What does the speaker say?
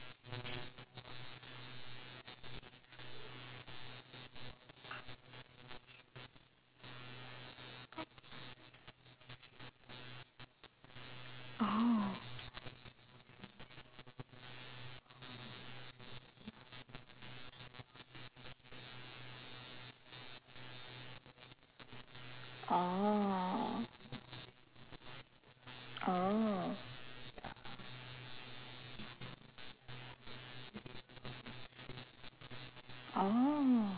oh oh oh oh